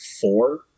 four